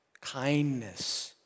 kindness